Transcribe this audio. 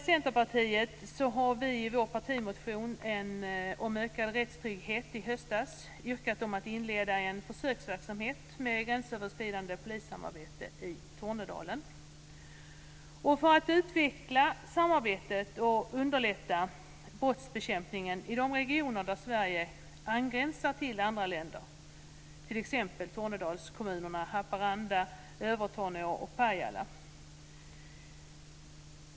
Centerpartiet har i sin partimotion i höstas om ökad rättstrygghet yrkat på inledande av en försöksverksamhet med gränsöverskridande polissamarbete i Tornedalen för utvecklande av samarbetet och underlättande av brottsbekämpningen i de regioner där Sverige gränsar till andra länder, t.ex. Tornedalskommunerna Haparanda, Övertorneå och Pajala.